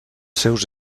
seus